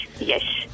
Yes